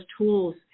tools